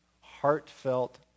heartfelt